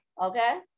Okay